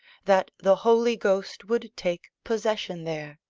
that the holy ghost would take possession there.